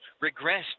regress